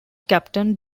captain